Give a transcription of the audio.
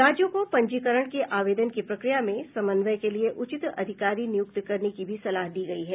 राज्यों को पंजीकरण के आवेदन की प्रक्रिया में समन्वय के लिए उचित अधिकारी नियुक्त करने की भी सलाह दी गयी है